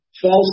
false